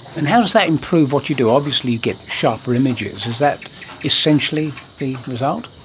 and how does that improve what you do? obviously you get sharper images. is that essentially the result?